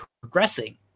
progressing